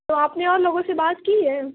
تو آپ نے اور لوگوں سے بات کی ہے